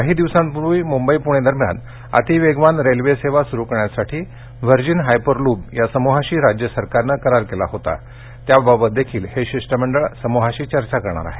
काही दिवसांपूर्वी मुंबई पुणे दरम्यान अतिवेगवान रेल्वे सेवा सुरू करण्यासाठी व्हर्जिन हायपरलूप या समुहाशी राज्य सरकारनं करार केला होता त्याबाबतही हे शिष्टमंडळ या समुहाशी चर्चा करणार आहे